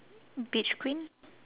beach queen